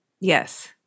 Yes